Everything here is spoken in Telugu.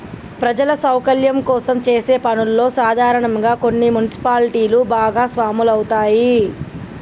ప్రజల సౌకర్యం కోసం చేసే పనుల్లో సాధారనంగా కొన్ని మున్సిపాలిటీలు భాగస్వాములవుతాయి